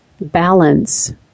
balance